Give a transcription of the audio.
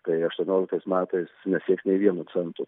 tai aštuonioliktais metais nesieks nei vieno cento